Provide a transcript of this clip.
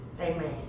Amen